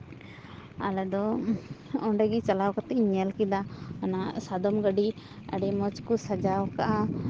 ᱟᱞᱮ ᱫᱚ ᱚᱸᱰᱮᱜᱮ ᱪᱟᱞᱟᱣ ᱠᱟᱛᱮ ᱤᱧ ᱧᱮᱞ ᱠᱮᱫᱟ ᱚᱱᱟ ᱥᱟᱫᱚᱢ ᱜᱟᱹᱰᱤ ᱟᱹᱰᱤ ᱢᱚᱡᱽ ᱠᱚ ᱥᱟᱡᱟᱣ ᱠᱟᱜᱼᱟ